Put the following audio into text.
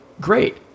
great